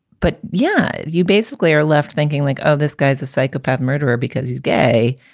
but, yeah, you basically are left thinking like, oh, this guy's a psychopath murderer because he's gay.